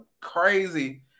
crazy